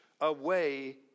away